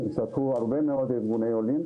הצטרפו הרבה מאוד ארגוני עולים